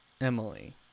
Emily